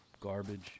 garbage